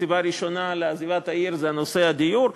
שהסיבה הראשונה לעזיבת העיר היא נושא הדיור.